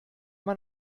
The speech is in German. man